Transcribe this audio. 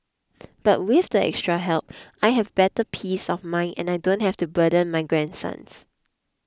but with the extra help I have better peace of mind and I don't have to burden my grandsons